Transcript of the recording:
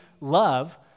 love